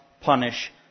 punish